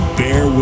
bear